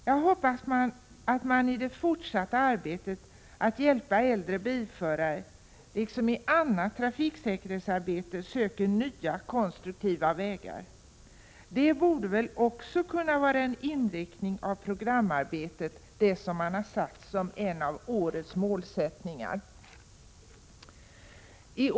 Jag hoppas att man i det fortsatta arbetet att hjälpa äldre bilförare, liksom i annat trafiksäkerhetsarbete, söker nya konstruktiva vägar. Detta borde väl också höra till inriktningen av programarbetet — det som man har satt upp 159 som ett av årets mål.